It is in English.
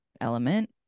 element